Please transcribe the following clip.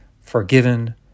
forgiven